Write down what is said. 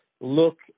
Look